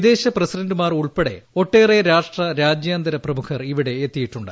വിദേശ പ്രസിഡന്റുമാർ ഉൾപ്പെടെ ഒട്ടേറെ രാഷ്ട്ര രാജ്യാന്തര പ്രമുഖർ ഇവിടെ എത്തിയിട്ടുണ്ട്